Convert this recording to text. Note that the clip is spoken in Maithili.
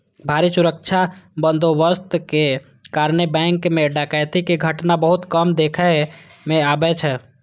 भारी सुरक्षा बंदोबस्तक कारणें बैंक मे डकैती के घटना बहुत कम देखै मे अबै छै